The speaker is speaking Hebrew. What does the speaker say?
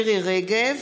רגב,